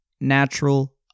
natural